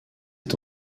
est